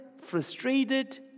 frustrated